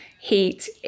heat